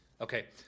Okay